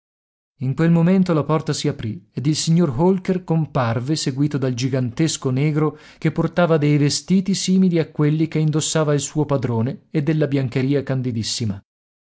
in quel momento la porta si aprì ed il signor holker comparve seguito dal gigantesco negro che portava dei vestiti simili a quelli che indossava il suo padrone e della biancheria